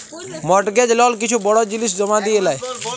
mortgage লল কিছু বড় জিলিস জমা দিঁয়ে লেই